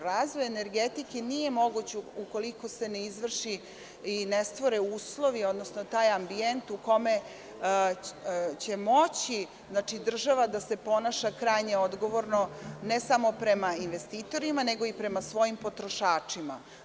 Razvoj energetike nije moguć ukoliko se ne izvrši i ne stvore uslovi, odnosno taj ambijent u kome će moći država da se ponaša krajnje odgovorno, ne samo prema investitorima, nego i prema svojim potrošačima.